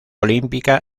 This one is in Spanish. olímpica